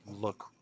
look